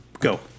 Go